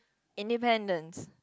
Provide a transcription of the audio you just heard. independence